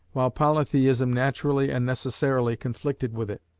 while polytheism naturally and necessarily conflicted with it.